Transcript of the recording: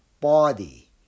body